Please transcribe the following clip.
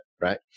right